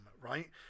right